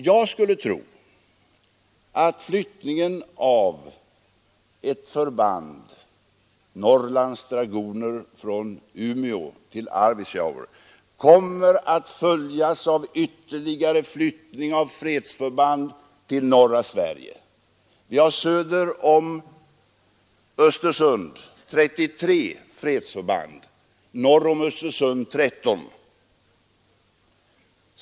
Jag skulle tro att flyttningen av Norrlands dragoner från Umeå till Arvidsjaur kommer att följas av ytterligare flyttning av fredsförband till norra Sverige. Vi har söder om Östersund 33 fredsförband, norr om Östersund 13.